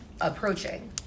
approaching